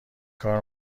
کار